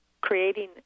creating